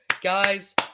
Guys